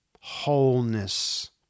wholeness